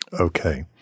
Okay